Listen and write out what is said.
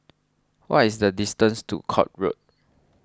what is the distance to Court Road